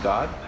God